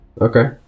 okay